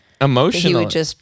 Emotional